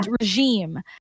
regime